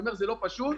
זה לא פשוט,